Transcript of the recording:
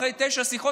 אחרי תשע שיחות,